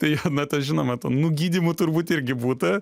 tai na tas žinoma tuom nugydymų turbūt irgi būta